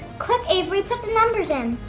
quick avery, put the numbers in!